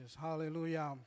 Hallelujah